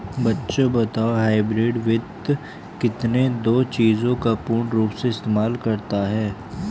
बच्चों बताओ हाइब्रिड वित्त किन दो चीजों का पूर्ण रूप से इस्तेमाल करता है?